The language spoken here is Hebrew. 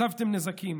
הסבתם נזקים,